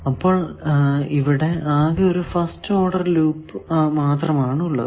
അപ്പോൾ ഇവിടെ അകെ ഒരു ഫസ്റ്റ് ഓഡർ ലൂപ്പ് മാത്രമാണ് ഉള്ളത്